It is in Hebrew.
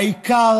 העיקר,